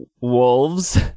wolves